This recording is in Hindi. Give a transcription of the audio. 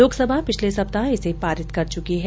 लोकसभा पिछले सप्ताह इसे पारित कर चुकी है